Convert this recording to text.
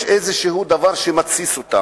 יש דבר שמתסיס אותם.